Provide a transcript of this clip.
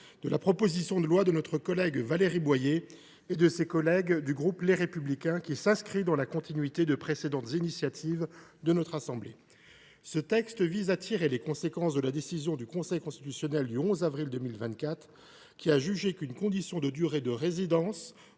de la proposition de loi de notre collègue Valérie Boyer et de ses collègues du groupe Les Républicains, qui s’inscrit dans la continuité de précédentes initiatives de la Haute Assemblée. Ce texte vise à tirer les conséquences de la décision du Conseil constitutionnel du 11 avril 2024, en vertu de laquelle une condition de durée de résidence